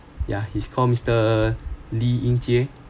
ya he's called mister lee eng chee